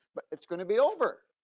but it's gonna be over.